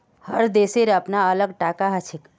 हर देशेर अपनार अलग टाका हछेक